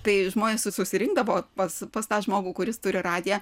tai žmonės susirinkdavo pats pas tą žmogų kuris turi radiją